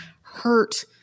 hurt